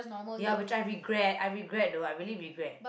ya which I regret I regret though I really regret